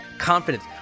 confidence